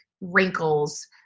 wrinkles